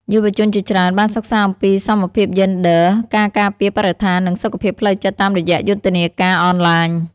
យុវជនជាច្រើនបានសិក្សាអំពីសមភាពយេនឌ័រ ការការពារបរិស្ថាន និងសុខភាពផ្លូវចិត្តតាមរយៈយុទ្ធនាការអនឡាញ។